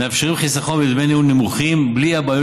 מאפשרים חיסכון בדמי ניהול נמוכים בלי הבעיות